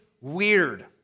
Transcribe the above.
weird